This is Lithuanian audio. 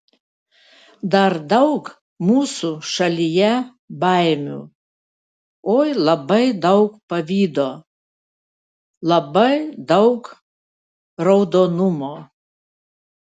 dar daug mūsų šalyje baimių oi labai daug pavydo labai daug raudonumo